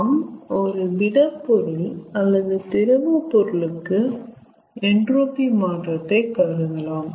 நாம் ஒரு திடப்பொருள் அல்லது திரவப்பொருளுக்கு என்ட்ரோபி மாற்றத்தை கருதலாம்